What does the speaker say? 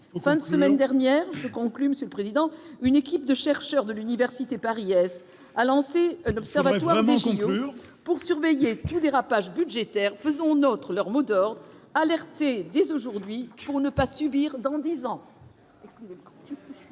fin de semaine dernière, je conclus Monsieur le Président, une équipe de chercheurs de l'université Paris a lancé un observatoire des JO pour surveiller du dérapage budgétaire, faisons nôtre leur mot d'ordre alertées dès aujourd'hui pour ne pas subir dans 10 ans.